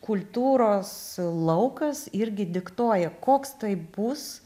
kultūros laukas irgi diktuoja koks tai bus